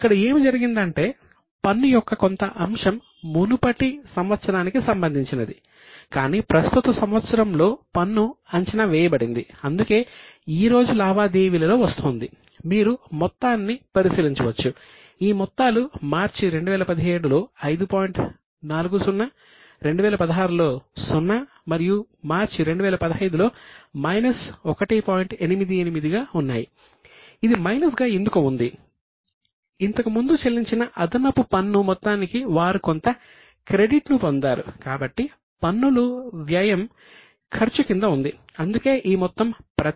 ఇక్కడ ఏమి జరిగిందంటే పన్నుగా వచ్చింది